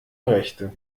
rechte